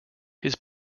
his